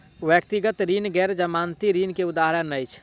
व्यक्तिगत ऋण गैर जमानती ऋण के उदाहरण अछि